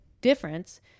difference